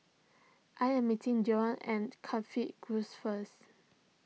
I am meeting Del at Coffee Grove first